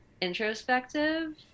introspective